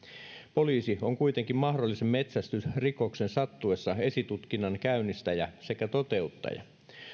poliisi on kuitenkin mahdollisen metsästysrikoksen sattuessa esitutkinnan käynnistäjä sekä toteuttaja